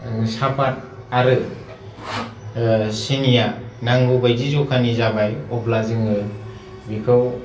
साहापात आरो सिनिया नांगौ बायदि जखानि जाबाय अब्ला जोङो बेखौ